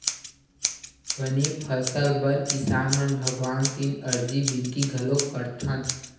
बने फसल बर किसान मन भगवान तीर अरजी बिनती घलोक करथन